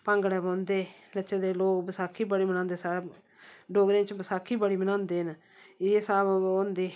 भागंडे पोंदे नचदे लोक बैसाखी बड़ी मनांदे डोगरे च बसाखी बडी मनांदे न एह् सब होंदे